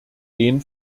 den